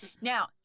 Now